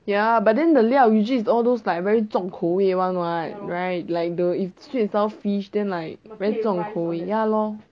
ya but then the 料 usually all those like very 重口味 [one] [what] right like the if sweet and sour fish then like very 重口味 ya lor